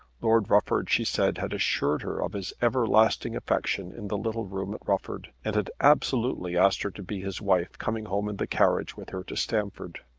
lord rufford, she said, had assured her of his everlasting affection in the little room at rufford, and had absolutely asked her to be his wife coming home in the carriage with her to stamford.